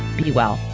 be well.